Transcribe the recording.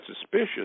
suspicious